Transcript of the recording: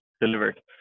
delivered